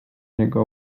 jego